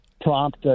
prompt